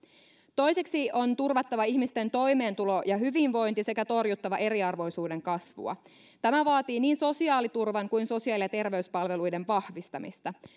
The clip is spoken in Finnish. toiseksi meidän on turvattava ihmisten toimeentulo ja hyvinvointi sekä torjuttava eriarvoisuuden kasvua tämä vaatii niin sosiaaliturvan kuin sosiaali ja terveyspalveluiden vahvistamista